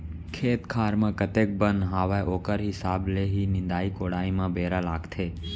खेत खार म कतेक बन हावय ओकर हिसाब ले ही निंदाई कोड़ाई म बेरा लागथे